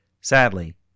Sadly